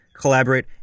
collaborate